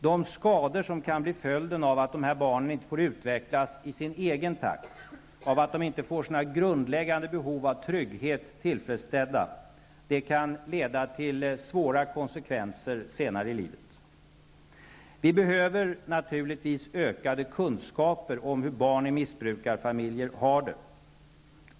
De skador som kan bli följden av att dessa barn inte får utvecklas i sin egen takt och inte får sina grundläggande behov av trygghet tillfredsställda kan medföra svåra konsekvenser senare i livet. Vi behöver naturligtvis ökade kunskaper om hur barn i missbrukarfamiljer har det.